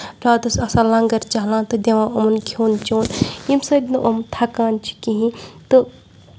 راتَس آسان لَنگر چلان تہٕ دِوان یِمَن کھیٚون چیٚون ییٚمہِ سۭتۍ نہٕ یِم تَھکان چھِ کِہیٖنۍ تہٕ